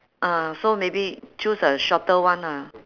ah so maybe choose a shorter one ah